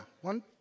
One